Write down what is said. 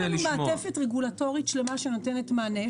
יש לנו מעטפת רגולטורית שלמה שנותנת מענה.